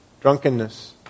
drunkenness